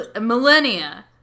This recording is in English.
millennia